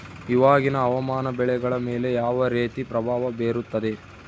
ಇವಾಗಿನ ಹವಾಮಾನ ಬೆಳೆಗಳ ಮೇಲೆ ಯಾವ ರೇತಿ ಪ್ರಭಾವ ಬೇರುತ್ತದೆ?